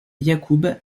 yacoub